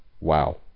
Wow